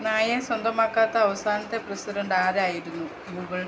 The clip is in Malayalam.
നായയെ സ്വന്തമാക്കാത്ത അവസാനത്തെ പ്രസിഡൻഡ് ആരായിരുന്നു ഗൂഗിൾ